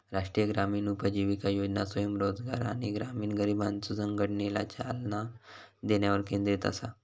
राष्ट्रीय ग्रामीण उपजीविका योजना स्वयंरोजगार आणि ग्रामीण गरिबांच्यो संघटनेला चालना देण्यावर केंद्रित असा